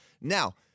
Now